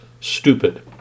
stupid